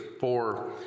For